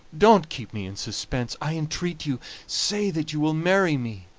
don't keep me in suspense, i entreat you say that you will marry me.